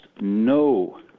no